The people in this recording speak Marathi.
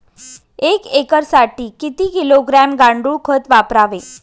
एक एकरसाठी किती किलोग्रॅम गांडूळ खत वापरावे?